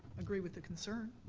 agree with the concern.